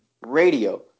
radio